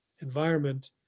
environment